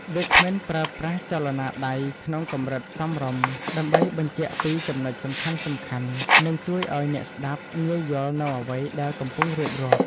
វាគ្មិនប្រើប្រាស់ចលនាដៃក្នុងកម្រិតសមរម្យ ដើម្បីបញ្ជាក់ពីចំណុចសំខាន់ៗ និងជួយឱ្យអ្នកស្ដាប់ងាយយល់នូវអ្វីដែលកំពុងរៀបរាប់។